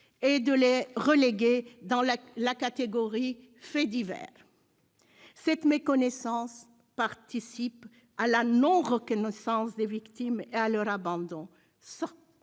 et de les reléguer dans la catégorie des faits divers. Cette méconnaissance participe à la non-reconnaissance des victimes et à leur abandon